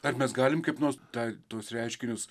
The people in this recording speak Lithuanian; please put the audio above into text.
ar mes galim kaip nors tą tuos reiškinius